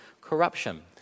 corruption